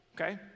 Okay